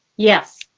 yes.